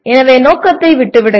எனவே நோக்கத்தை விட்டு விடுங்கள்